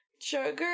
sugar